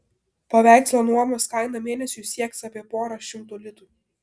paveikslo nuomos kaina mėnesiui sieks apie porą šimtų litų